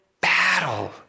battle